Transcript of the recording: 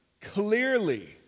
clearly